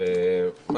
אין נמנעים,